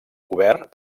cobert